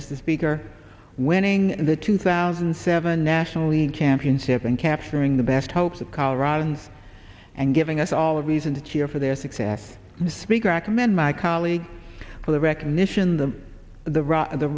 mr speaker winning the two thousand and seven national league championship and capturing the best hopes of coloradans and giving us all a reason to cheer for their success speaker recommend my colleague for the recognition the the